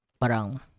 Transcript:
Parang